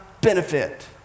benefit